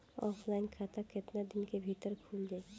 Offline खाता केतना दिन के भीतर खुल जाई?